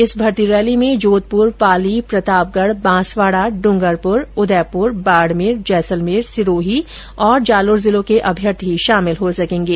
इस भर्ती रैली में जोधपुर पाली प्रतापगढ़ बांसवाड़ा ड्रंगरपुर उदयपुर बाड़मेर जैसलमेर सिरोही और जालौर जिलों के अभ्यर्थी शामिल हो सकेंगे